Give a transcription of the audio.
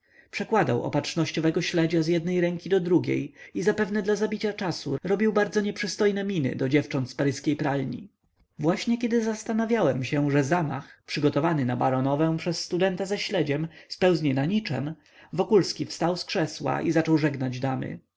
się przekładał opatrznościowego śledzia z jednej ręki do drugiej i zapewne dla zabicia czasu robił bardzo nieprzystojne miny do dziewcząt z paryskiej pralni właśnie kiedy zastanawiałem się że zamach przygotowywany na baronowę przez studenta ze śledziem spełznie na niczem wokulski wstał z krzesła i zaczął żegnać damy